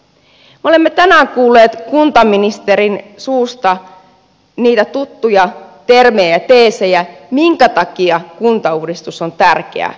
me olemme tänään kuulleet kuntaministerin suusta niitä tuttuja termejä teesejä minkä takia kuntauudistus on tärkeä